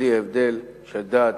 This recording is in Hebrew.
בלי הבדל של דת,